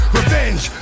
revenge